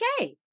okay